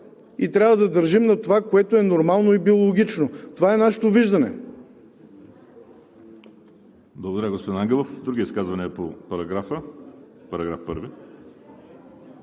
и трябва да държим на това, което е нормално и биологично. Това е нашето виждане.